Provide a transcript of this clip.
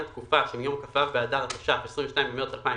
התקופה שמיום כ"ו באדר התש"ף (22 במארס 2020)